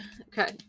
Okay